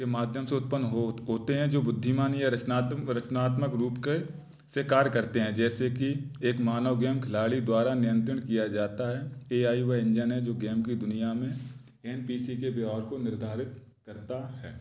के माध्यम से उत्पन्न होते हैं जो बुद्धिमान या रचनात्मक रूप के से कार्य करते हैं जैसे कि एक मानव गेम खिलाड़ी द्वारा नियंत्रण किया जाता है ए आई वह इंजन है जो गेम की दुनिया में एन पी सी के व्यवहार को निर्धारित करता है